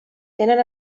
tenen